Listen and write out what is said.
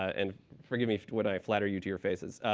and forgive me when i flatter you to your faces,